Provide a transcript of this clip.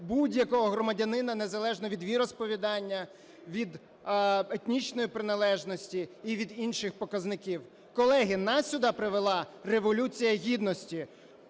будь-якого громадянина незалежно від віросповідання, від етнічної приналежності і від інших показників. Колеги, нас сюди привела Революція Гідності.